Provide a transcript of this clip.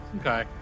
Okay